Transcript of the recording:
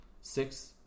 six